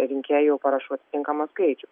rinkėjų parašų tinkamą skaičių